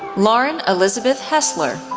lauren elizabeth hessler,